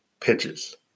pitches